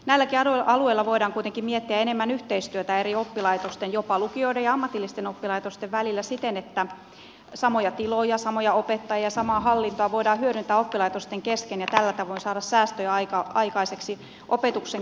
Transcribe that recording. näilläkin alueilla voidaan kuitenkin miettiä enemmän yhteistyötä eri oppilaitosten jopa lukioiden ja ammatillisten oppilaitosten välillä siten että samoja tiloja samoja opettajia samaa hallintoa voidaan hyödyntää oppilaitosten kesken ja tällä tavoin saada säästöjä aikaiseksi opetuksen kärsimättä